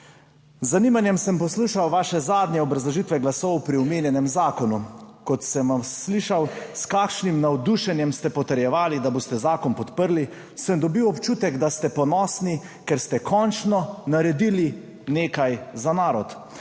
zanimanjem sem poslušal vaše zadnje obrazložitve glasov pri omenjenem zakonu. Ko sem slišal, s kakšnim navdušenjem ste potrjevali, da boste zakon podprli, sem dobil občutek, da ste ponosni, ker ste končno naredili nekaj za narod.